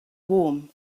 warm